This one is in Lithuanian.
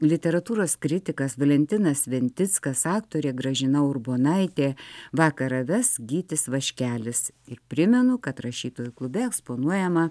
literatūros kritikas valentinas sventickas aktorė gražina urbonaitė vakarą ves gytis vaškelis ir primenu kad rašytojų klube eksponuojama